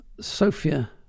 Sophia